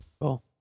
Cool